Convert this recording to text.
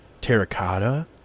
Terracotta